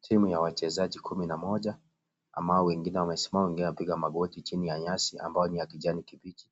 Timu ya wachezaji kumi na moja ambao wengine wamesimama wengine wamepiga magoti chini ya nyasi ambayo ni ya kijani kibichi.